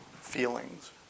feelings